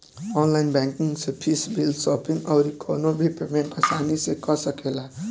online banking से fees, bill, shopping अउरी कवनो भी पेमेंट आसानी से कअ सकेला